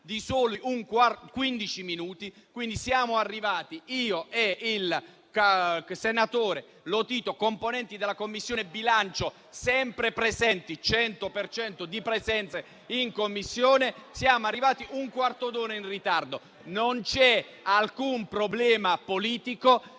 di soli quindici minuti, quindi io e il senatore Lotito, componenti della Commissione bilancio, sempre presenti al 100 per cento in Commissione, siamo arrivati un quarto d'ora in ritardo. Non c'è alcun problema politico,